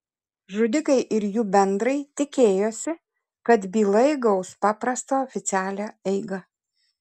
žudikai ir jų bendrai tikėjosi kad byla įgaus paprastą oficialią eigą